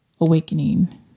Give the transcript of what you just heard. awakening